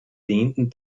lehnten